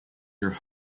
your